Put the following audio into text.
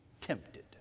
tempted